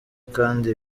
kandi